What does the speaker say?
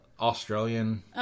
Australian